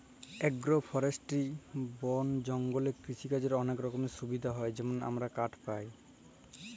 agro forestry বল জঙ্গলে কিসিকাজের অলেক রকমের সুবিধা হ্যয় যেমল আমরা কাঠ পায়